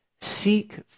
seek